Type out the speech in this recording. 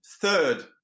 third